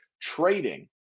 trading